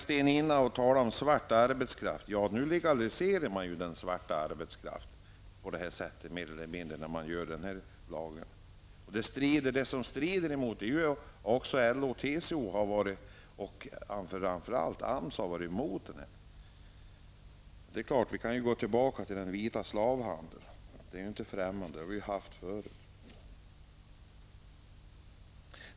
Sten Östlund talade om svart arbetskraft. Genom att ändra den här lagen legaliserar man mer eller mindre den svarta arbetskraften. LO, TCO och framför allt AMS har varit emot detta. Det är klart att vi kan gå tillbaka till den vita slavhandeln. Det är inte främmande, sådant har vi haft förr.